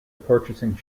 purchasing